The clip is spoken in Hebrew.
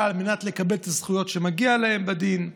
על מנת לקבל את הזכויות שמגיעות להם בדין?